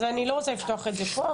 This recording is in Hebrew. אז אני לא רוצה לפתוח את זה פה,